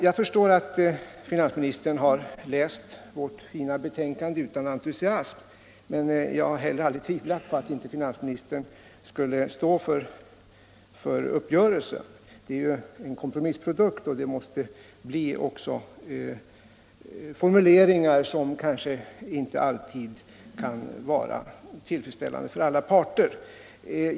Jag förstår att finansministern har läst vårt fina betänkande utan entusiasm, men jag har heller aldrig trott att finansministern inte skulle stå för uppgörelsen. Den är ju en kompromissprodukt, och det måste då bli formuleringar som kanske inte alltid kan vara tillfredsställande för alla parter.